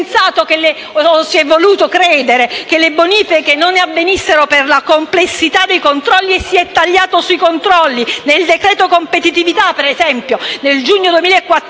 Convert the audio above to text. si è voluto credere che le bonifiche non avvenissero per la complessità dei controlli e si è tagliato sui medesimi. Nel decreto competitività, per esempio, nel giugno 2014